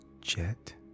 jet